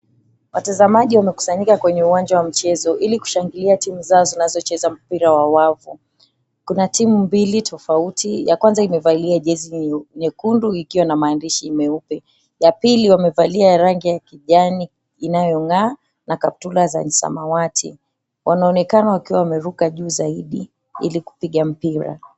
Watazamaji wamekusanyika kwenye uwanja wa mchezo, ili kushangilia timu zao zinazocheza mpira wa wavu. Kuna timu mbili tofauti, ya kwanza imevalia jezi nyekundu ikiwa na maandishi meupe, ya pili wamevalia rangi ya kijani inayong'aa na kaptula za samawati. Wanaonekana wakiwa wameruka juu zaidi, ili kupiga mpira.